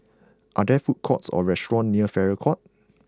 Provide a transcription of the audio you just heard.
are there food courts or restaurants near Farrer Court